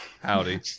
Howdy